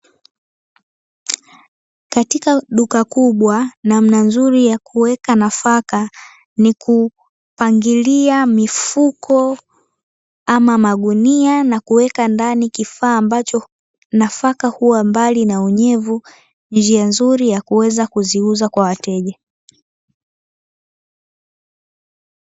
Katika duka kubwa namna nzuri ya kuweka nafaka ni kupangilia mifuko, ama magunia na kuweka ndani kifaa ambacho nafaka huwa mbali na unyevu njia nzuri ya kuweza kuziuza kwa wateja.